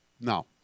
No